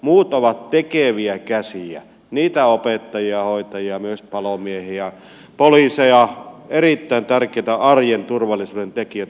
muut ovat tekeviä käsiä niitä opettajia hoitajia myös palomiehiä poliiseja erittäin tärkeitä arjen turvallisuuden tekijöitä